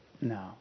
No